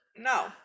no